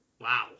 Wow